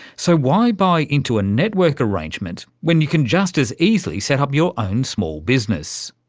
so why buy into a network arrangement when you can just as easily set up your own small business?